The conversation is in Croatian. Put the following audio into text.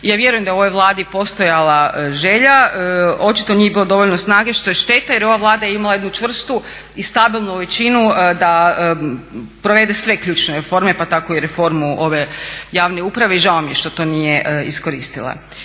Ja vjerujem da je u ovoj Vladi postojala želja, očito nije bilo dovoljno snage što je šteta jer je ova Vlada imala jednu čvrstu i stabilnu većinu da provede sve ključne reforme, pa tako i reformu ove javne uprave i žao mi je što to nije iskoristila.